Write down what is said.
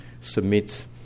submit